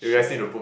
share